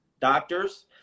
doctors